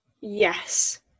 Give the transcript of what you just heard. Yes